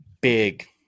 big